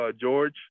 George